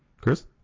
Chris